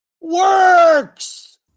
Works